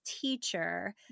teacher